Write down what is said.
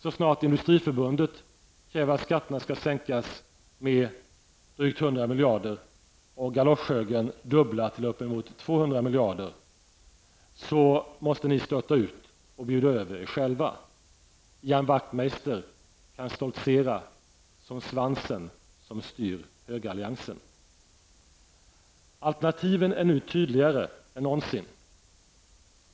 Så snart Industriförbundet kräver att skatterna skall sänkas med drygt 100 miljarder och galosch-högern dubblar till uppemot 200 miljarder kronor måste ni störta ut och bjuda över er själva. Ian Wachtmeister kan stoltsera som svansen som styr högeralliansen. Alternativen är nu tydligare än någonsin.